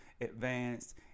advanced